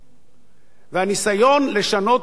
והניסיון לשנות פסק-דין חלוט,